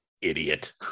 idiot